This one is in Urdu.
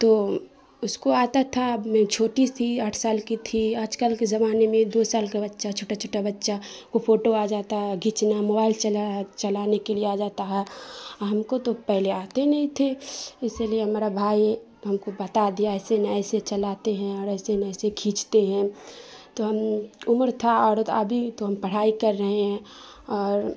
تو اس کو آتا تھا میں چھوٹی تھی آٹھ سال کی تھی آج کل کے زمانے میں دو سال کا بچہ چھوٹا چھوٹا بچہ کو پھوٹو آ جاتا ہے گھیچنا موبائل چلانے کے لیے آ جاتا ہے ہم کو تو پہلے آتے ہی نہیں تھے اسی لیے ہمارا بھائی ہم کو بتا دیا ایسے نہیں ایسے چلاتے ہیں اور ایسے نہیں ایسے کھینچتے ہیں تو ہم عمر تھا اور ابھی تو ہم پڑھائی کر رہے ہیں اور